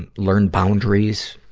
and learn boundaries,